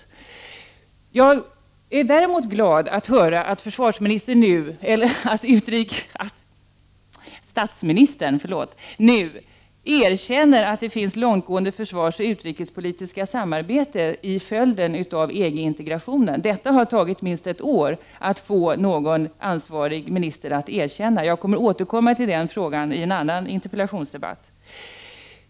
Däremot är jag glad att höra att försvarsministern, nej, utrikesministern, nej — förlåt mig — statsministern nu erkänner detta med ett långtgående försvarsoch utrikespolitiskt samarbete som en följd av EG-integrationen. Det har tagit minst ett år att få någon ansvarig minister att erkänna detta. Men jag återkommer till den frågan i en annan interpellationsdebatt.